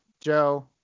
Joe